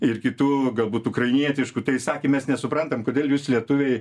ir kitų galbūt ukrainietiškų tai sakė mes nesuprantam kodėl jūs lietuviai